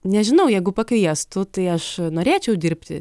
nežinau jeigu pakviestų tai aš norėčiau dirbti